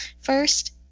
first